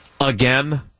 again